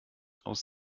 aus